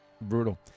Brutal